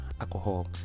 alcohol